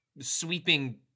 sweeping